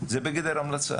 זה בגדר המלצה.